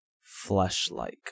flesh-like